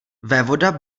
vévoda